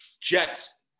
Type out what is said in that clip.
Jets